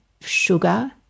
sugar